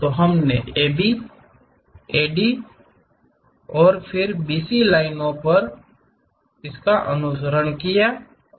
तो हमने AB AD लाइनों और फिर BC लाइनों और फिर CD लाइनों का अनुसरण किया है